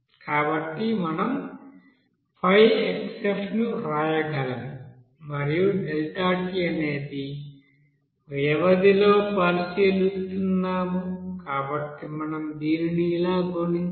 కాబట్టి మనం 5xF ను వ్రాయగలము మరియు Δt అనే వ్యవధిలో పరిశీలిస్తున్నాము కాబట్టి మనం దీనిని ఇలా గుణించాలి